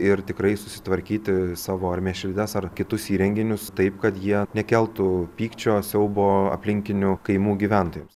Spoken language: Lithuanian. ir tikrai susitvarkyti savo ar mėšlides ar kitus įrenginius taip kad jie nekeltų pykčio siaubo aplinkinių kaimų gyventojams